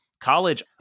college